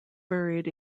buried